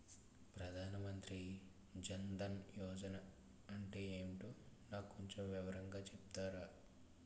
ప్రధాన్ మంత్రి జన్ దన్ యోజన అంటే ఏంటో నాకు కొంచెం వివరంగా చెపుతారా?